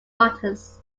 otters